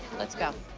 let's go.